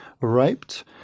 raped